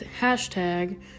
hashtag